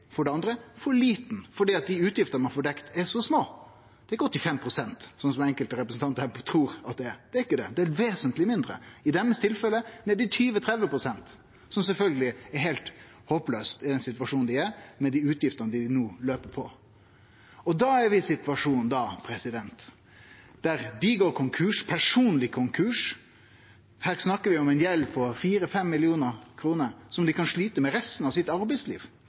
for det første er for sein og for det andre for lita, for dei utgiftene ein får dekt, er så små. Det er ikkje 85 pst., slik enkelte representantar her trur det er. Det er ikkje det, det er vesentleg mindre – i deira tilfelle nede i 20–30 pst., som sjølvsagt er heilt håplaust i den situasjonen dei er i, med dei utgiftene som no lauper på. Da er vi i ein situasjon der dei går konkurs, personleg konkurs. Her snakkar vi om ei gjeld på 4–5 mill. kr som dei kan slite med resten av arbeidslivet sitt.